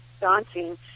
daunting